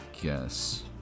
guess